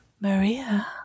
Maria